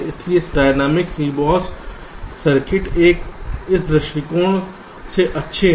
इसलिए dynamic CMOS circuit इस दृष्टिकोण से अच्छे हैं